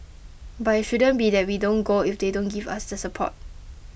but it shouldn't be that we don't go if they don't give us the support